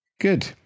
Good